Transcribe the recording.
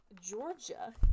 Georgia